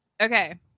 okay